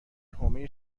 حومه